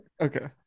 okay